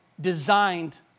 designed